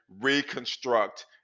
reconstruct